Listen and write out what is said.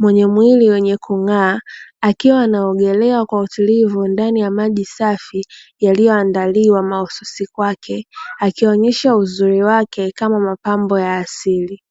wenye mwili wenye kung'aa akiwa anaogelea kwa utulivu ndani ya maji safi yaliyoandaliwa mahususi kwake akionyesha uzuri wake kama mapambo ya asili.